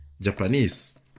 Japanese